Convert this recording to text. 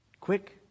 Quick